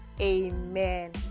Amen